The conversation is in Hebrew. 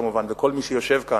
וכמובן כל מי שיושב כאן.